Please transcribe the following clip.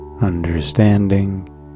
understanding